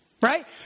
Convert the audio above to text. right